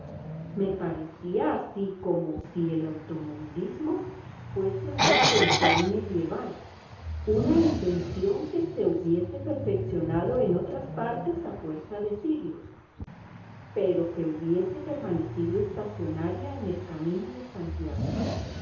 me parecía así como si el automovilismo fuese una invención medieval una invención que se hubiese perfeccionado en otras partes a fuerza de siglos pero que hubiese permanecido estacionaria en el camino de santiago